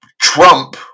Trump